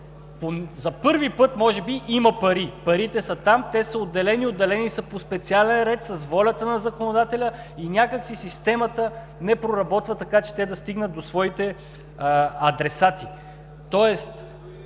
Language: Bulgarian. за първи път, може би, има пари, парите са там, те са отделени, отделени са по специален ред с волята на законодателя и някак си системата не проработва така, че те да стигнат до своите адресати.